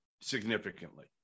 significantly